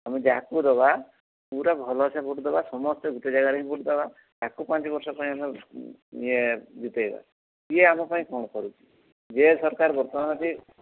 ଆମେ ଯାହାକୁ ଦେବା ପୁରା ଭଲସେ ଭୋଟ୍ ଦେବା ସମସ୍ତେ ଗୋଟେ ଜାଗାରେ ହିଁ ଭୋଟ୍ ଦେବା ତାକୁ ପାଞ୍ଚ ବର୍ଷ ପାଇଁ ଆମେ ଇଏ ଜିତେଇବା ସିଏ ଆମ ପାଇଁ କ'ଣ କରୁଛି ଯିଏ ସରକାର ବର୍ତ୍ତମାନ ବି